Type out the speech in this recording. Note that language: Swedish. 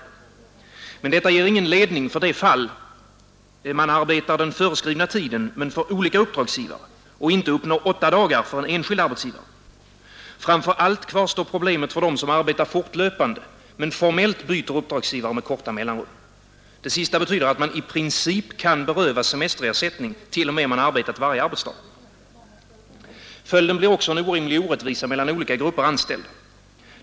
Detta ger emellertid ingen ledning för det fall man arbetar den föreskrivna tiden men för olika uppdragsgivare och inte uppnår åtta dagar för en enskild arbetsgivare. Framför allt kvarstår problemet för dem som arbetar fortlöpande men formellt byter uppdragsgivare med kortare mellanrum. Det sista betyder att man i princip kan berövas semesterersättning, t.o.m. om man arbetat varje arbetsdag. Följden blir också en orimlig orättvisa mellan "olika grupper anställda.